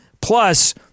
Plus